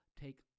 take